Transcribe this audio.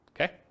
okay